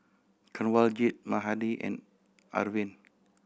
Kanwaljit Mahade and Arvind